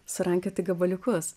surankioti gabaliukus